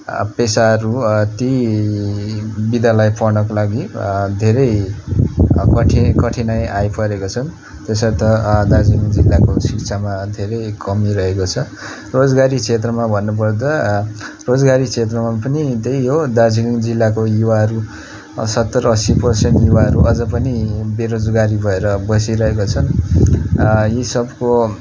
पेसाहरू ती विद्यालय पढ्न लागि धेरै कठि कठिनाइ आइपरेको छन् त्यसर्थ दार्जिलिङ जिल्लाको शिक्षामा धेरै कमी रहेको छ रोजगारी क्षेत्रमा भन्नु पर्दा रोजगारी क्षेत्रमा पनि त्यही हो दार्जिलिङ जिल्लाको युवाहरू सत्तर असी पर्सेन्ट युवाहरू अझै पनि बेरोजगारी भएर बसिरहेका छन् यी सबको